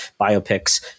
biopics